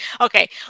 Okay